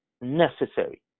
necessary